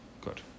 Good